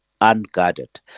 unguarded